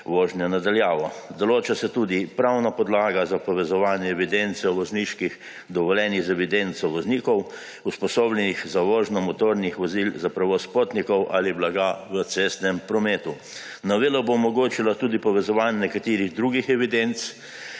vožnje na daljavo. Določa se tudi pravna podlaga za povezovanje evidence o vozniških dovoljenjih z evidenco voznikov, usposobljenih za vožnjo motornih vozil za prevoz potnikov ali blaga v cestnem prometu. Novela bo omogočila tudi povezovanje nekaterih drugih evidenc,